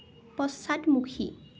পশ্চাদমুখী